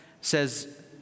says